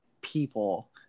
people